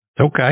Okay